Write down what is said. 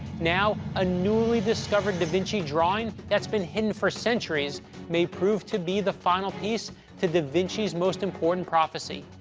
now a newly discovered da vinci drawing that's been hidden for centuries may prove to be the final piece to da vinci's most important prophecy.